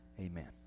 amen